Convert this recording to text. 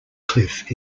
cliff